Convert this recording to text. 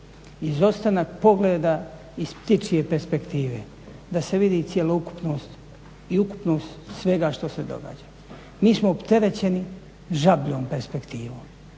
izostanak pogleda iz ptičje perspektive. Da se vidi cjelokupnost i ukupnost svega što se događa. Mi smo opterećeni žabljom perspektivom.